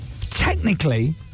Technically